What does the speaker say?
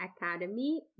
Academy